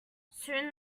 soon